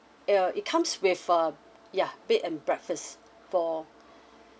err it comes with a ya bed and breakfast for